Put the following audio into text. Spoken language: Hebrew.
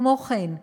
כמו כן,